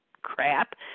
crap